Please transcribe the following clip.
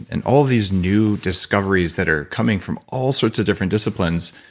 and all these new discoveries that are coming from all sorts of different disciplines,